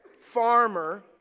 farmer